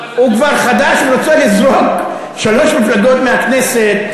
הוא חדש והוא כבר רוצה לזרוק שלוש מפלגות מהכנסת,